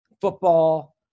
football